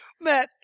Matt